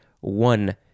one